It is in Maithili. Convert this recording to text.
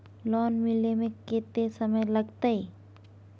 लोन मिले में कत्ते समय लागते?